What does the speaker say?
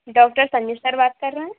doctor Sanjay sir बात कर रहें हैं